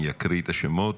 אני אקריא את השמות: